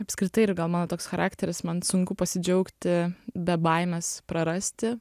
apskritai ir gal mano toks charakteris man sunku pasidžiaugti be baimės prarasti